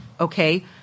okay